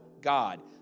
God